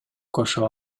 кошо